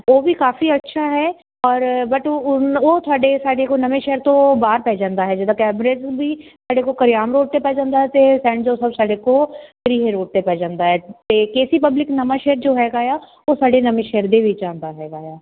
ਉਹ ਵੀ ਕਾਫੀ ਅੱਛਾ ਹੈ ਔਰ ਬਟ ਉਹ ਉਨ ਉਹ ਤੁਹਾਡੇ ਸਾਡੇ ਕੋਲ ਨਵਾਂਸ਼ਹਿਰ ਤੋਂ ਬਾਹਰ ਪੈ ਜਾਂਦਾ ਹੈ ਜਿੱਦਾਂ ਕੈਮਬ੍ਰੇਜ਼ ਵੀ ਸਾਡੇ ਕੋਲ ਕਰਿਆਮ ਰੋਡ 'ਤੇ ਪੈ ਜਾਂਦਾ ਅਤੇ ਸੈਂਟ ਜੋਸਫ ਸਾਡੇ ਕੋਲ ਰੋਡ 'ਤੇ ਪੈ ਜਾਂਦਾ ਹੈ ਅਤੇ ਕੇ ਸੀ ਪਬਲਿਕ ਨਵਾਂਸ਼ਹਿਰ ਜੋ ਹੈਗਾ ਆ ਉਹ ਸਾਡੇ ਨਵਾਂਸ਼ਹਿਰ ਦੇ ਵਿੱਚ ਆਉਂਦਾ ਹੈਗਾ ਆ